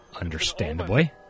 Understandably